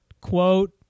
quote